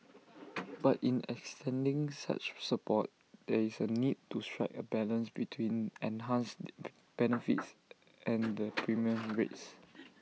but in extending such support there is A need to strike A balance between enhanced benefits and the premium rates